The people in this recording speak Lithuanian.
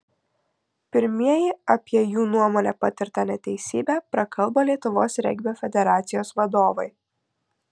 pirmieji apie jų nuomone patirtą neteisybę prakalbo lietuvos regbio federacijos vadovai